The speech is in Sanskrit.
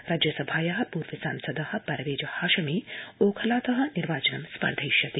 राज्यसभाया पूर्व सांसद परवेज हाशमी ओखलात निर्वाचनं स्पर्धिष्यते